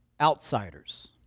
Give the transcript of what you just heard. outsiders